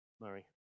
Murray